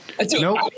Nope